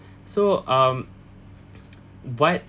so um but